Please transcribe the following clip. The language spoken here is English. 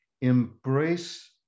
embrace